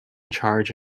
charge